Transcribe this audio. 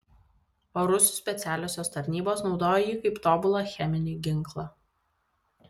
o rusų specialiosios tarnybos naudojo jį kaip tobulą cheminį ginklą